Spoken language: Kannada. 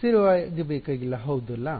ಸ್ಥಿರವಾಗಿರಬೇಕಾಗಿಲ್ಲ ಹೌದಲ್ಲ